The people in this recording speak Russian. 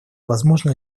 возможны